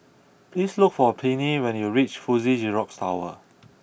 please look for Pinkney when you reach Fuji Xerox Tower